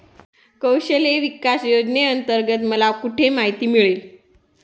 कौशल्य विकास योजनेअंतर्गत मला कुठे माहिती मिळेल?